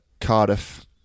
Cardiff